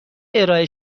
ارائه